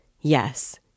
Yes